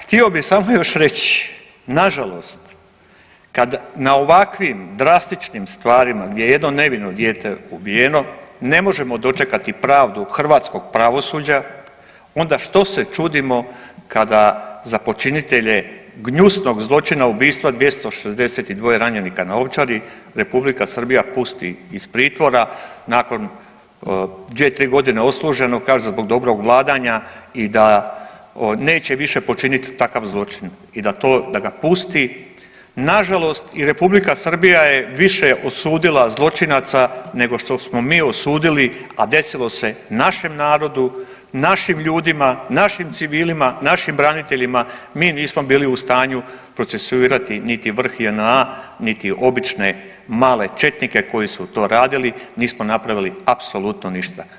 Htio bi samo još reći, nažalost kad na ovakvim drastičnim stvarima gdje je jedno nevino dijete ubijeno ne možemo dočekati pravdu hrvatskog pravosuđa onda što se čudimo kada za počinitelje gnjusnog zločina ubistva 262 ranjenika na Ovčari Republika Srbija pusti iz pritvora nakon 2-3.g. odsluženog kazne zbog dobrog vladanja i da neće više počinit takav zločin i da to, da ga pusti nažalost i Republika Srbija je više osudila zločinaca nego što smo mi osudili, a desilo se našem narodu, našim ljudima, našim civilima, našim braniteljima, mi nismo bili u stanju procesuirati niti vrh JNA, niti obične male četnike koji su to radili, nismo napravili apsolutno ništa.